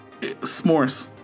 S'mores